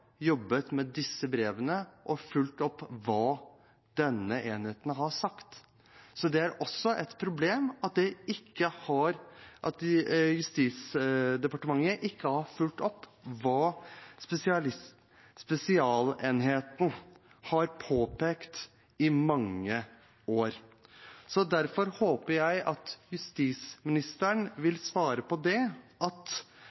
jobbet med disse brevene og fulgt opp det denne enheten har sagt. Det er også et problem at Justisdepartementet ikke har fulgt opp det spesialenheten har påpekt i mange år. Derfor håper jeg at justisministeren vil svare på det, og at